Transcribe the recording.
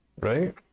right